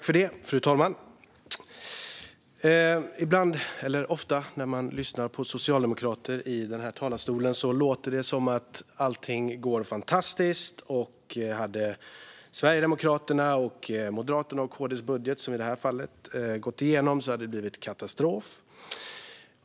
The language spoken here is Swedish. Fru talman! Ofta när man lyssnar på socialdemokrater i den här talarstolen låter det som att allting går fantastiskt, och hade Sverigedemokraternas, Moderaternas och Kristdemokraternas budget som i det här fallet gått igenom hade det blivit katastrof.